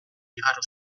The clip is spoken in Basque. igaro